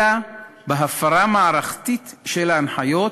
אלא בהפרה מערכתית של ההנחיות,